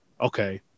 okay